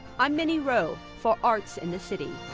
i'm minnie roh for arts in the city.